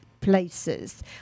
places